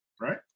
Right